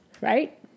Right